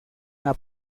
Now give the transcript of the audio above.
una